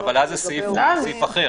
אבל אז הסעיף הוא סעיף אחר,